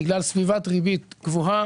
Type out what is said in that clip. בגלל סביבת ריבית גבוהה